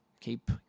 Keep